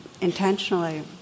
intentionally